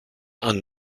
and